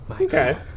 Okay